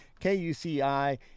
KUCI